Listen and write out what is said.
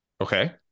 Okay